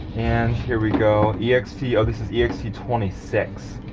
and here we go yeah ext, oh this is yeah ext twenty six.